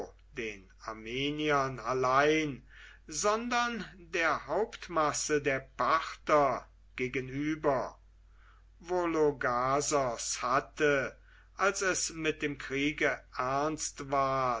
den armeniern allein sondern der hauptmasse der parther gegenüber vologasos hatte als es mit dem kriege ernst ward